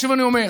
שוב אני אומר,